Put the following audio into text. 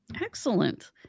Excellent